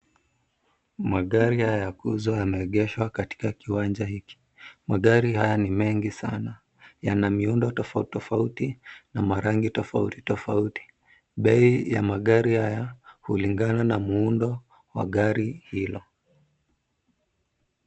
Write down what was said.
Magari haya ya kuuza yameegeshwa katika kiwanja hiki. Magari haya ni mengi sana. Yana miundo tofauti tofauti na marangi tofauti tofauti. Bei ya magari haya hulingana na muundo wa gari hilo.